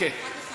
כן.